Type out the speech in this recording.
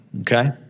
Okay